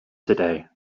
today